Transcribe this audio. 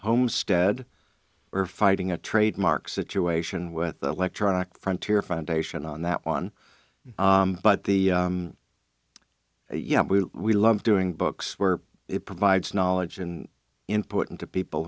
homestead or fighting a trademark situation with the electronic frontier foundation on that one but the yeah we love doing books were it provides knowledge and input into people